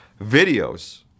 Videos